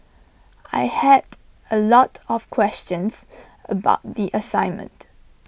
I had A lot of questions about the assignment